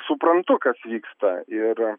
suprantu kas vyksta ir